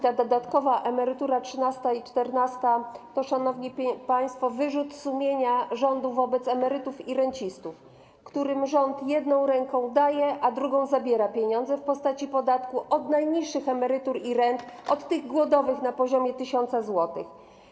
Te dodatkowe emerytury, trzynasta i czternasta, to, szanowni państwo, wyrzut sumienia rządu wobec emerytów i rencistów, którym rząd jedną ręką daje, a drugą zabiera pieniądze w postaci podatku od najniższych emerytur i rent, od tych głodowych, na poziomie 1000 zł.